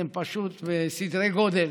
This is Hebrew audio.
הם פשוט בסדרי גודל.